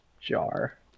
Jar